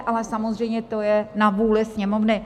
Ale samozřejmě to je na vůli Sněmovny.